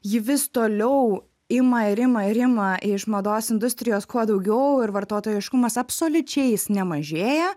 ji vis toliau ima ir ima ir ima iš mados industrijos kuo daugiau ir vartotojiškumas absoliučiai jis nemažėja